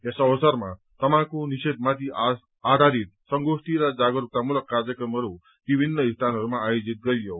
यस अवसरमा तमाखु विषेधामाथि आधारित संगोष्ठी र जागरूकतामूलक कार्यक्रमहरू विभिन्न स्थानहरूमा आयोजित गरियो